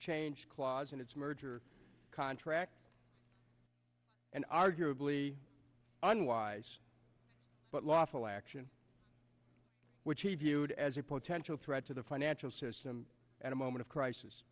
change clause in its merger contract and arguably unwise but lawful action which he viewed as a potential threat to the financial system at a moment of crisis